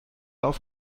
auf